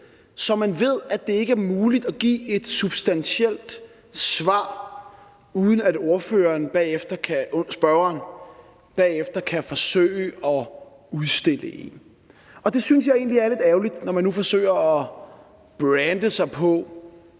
så man ved, at det ikke er muligt at give et substantielt svar, uden at spørgeren bagefter kan forsøge at udstille en. Det synes jeg egentlig er lidt ærgerligt, når man nu forsøger at brande sig på